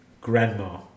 Grandma